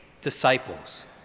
disciples